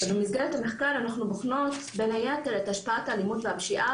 במסגרת המחקר בוחנים בין היתר את השפעת האלימות והפשיעה